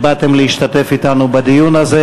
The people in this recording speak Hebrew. שבאתם להשתתף אתנו בדיון הזה.